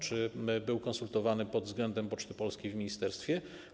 Czy był konsultowany pod względem Poczty Polskiej w ministerstwie?